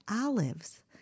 olives